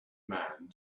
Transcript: man